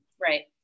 Right